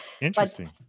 Interesting